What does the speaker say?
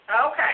Okay